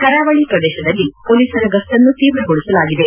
ಕರಾವಳ ಪ್ರದೇಶದಲ್ಲಿ ಮೊಲೀಸರ ಗಸ್ನನ್ನು ತೀವ್ರಗೊಳಿಸಲಾಗಿದೆ